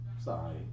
Sorry